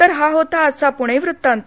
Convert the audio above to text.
तर हा होता आजचा पुणे वृत्तांत